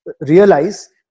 realize